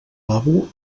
lavabo